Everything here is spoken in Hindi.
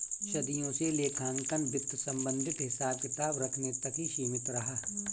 सदियों से लेखांकन वित्त संबंधित हिसाब किताब रखने तक ही सीमित रहा